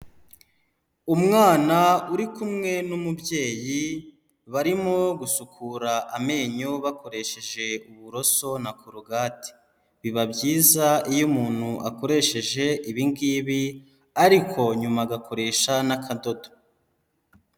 Umwana uri kumwe n'umubyeyi, barimo gusukura amenyo bakoresheje uburoso na korogate. Biba byiza iyo umuntu akoresheje ibi ngibi, ariko nyuma agakoresha n'akadodo.